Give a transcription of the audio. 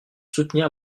soutenir